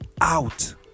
out